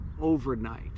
overnight